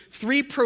three